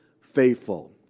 faithful